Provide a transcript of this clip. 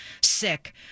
sick